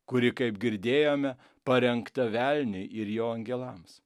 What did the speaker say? kuri kaip girdėjome parengta velniui ir jo angelams